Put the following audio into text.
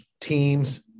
teams